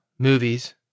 Movies